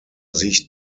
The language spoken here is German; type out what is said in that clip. sicht